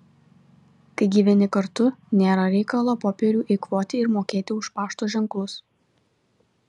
kai gyveni kartu nėra reikalo popierių eikvoti ir mokėti už pašto ženklus